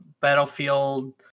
Battlefield